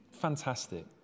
fantastic